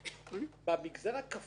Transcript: במגזר הכפרי,